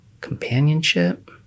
companionship